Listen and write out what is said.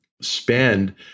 spend